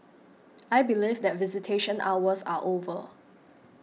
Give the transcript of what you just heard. I believe that visitation hours are over